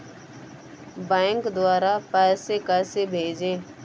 Bank द्वारा पैसे कैसे भेजें?